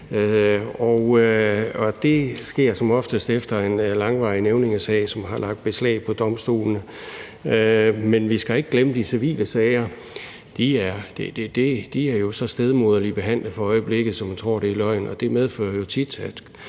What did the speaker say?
det sker som oftest efter en langvarig nævningesag, som har lagt beslag på domstolene. Men vi skal ikke glemme de civile sager, for de er så stedmoderligt behandlet for øjeblikket, at man tror, det er løgn,